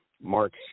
March